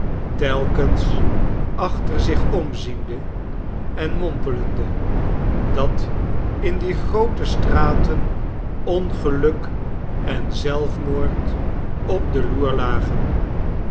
telkens achter zich omziende en mompelende dat in die groote straten ongeluk en zelfmoord op de loer lagen